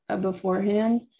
beforehand